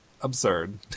absurd